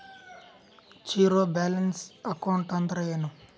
Zero balance account ಅಂದ್ರ ಏನು?